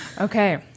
Okay